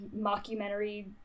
mockumentary